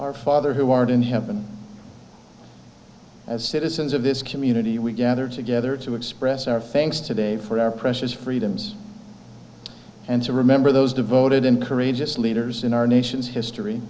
our father who art in heaven as citizens of this community we gather together to express our feelings today for our precious freedoms and to remember those devoted in courageous leaders in our nation's history